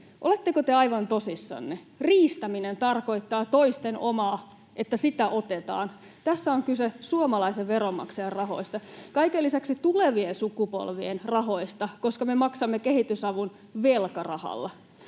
Oletteko te aivan tosissanne? Riistäminen tarkoittaa, että toisten omaa otetaan. Tässä on kyse suomalaisen veronmaksajan rahoista ja kaiken lisäksi tulevien sukupolvien rahoista, koska me maksamme kehitysavun velkarahalla.